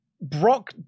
Brock